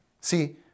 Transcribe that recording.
See